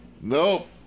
nope